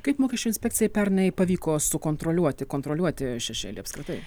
kaip mokesčių inspekcijai pernai pavyko sukontroliuoti kontroliuoti šešėlį apskritai